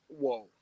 whoa